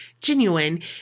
genuine